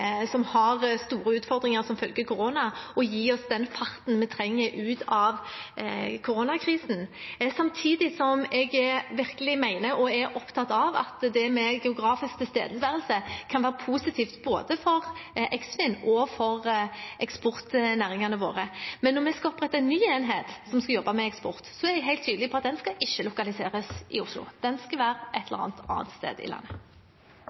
som har store utfordringer som følge av korona, og gi oss den farten vi trenger ut av koronakrisen, samtidig som jeg virkelig mener og er opptatt av at det med geografisk tilstedeværelse kan være positivt både for Eksfin og for eksportnæringene våre. Men når vi skal opprette en ny enhet som skal jobbe med eksport, er jeg helt tydelig på at den ikke skal lokaliseres i Oslo. Den skal være et eller annet annet sted i landet.